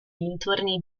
dintorni